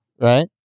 Right